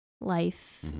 life